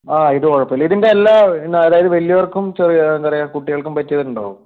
ആ ഇത് കുഴപ്പമില്ല ഇതിന്റെ എല്ലാ അതായത് വല്യവർക്കും ചെറിയ എന്താ പറയുക കുട്ടികൾക്കും പറ്റിയത് ഉണ്ടോ